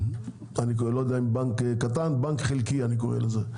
אני לא יודע אם בנק קטן, בנק חלקי אני קורא לזה,